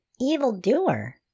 evildoer